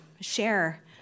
share